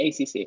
ACC